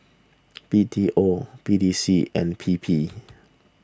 B T O P T C and P P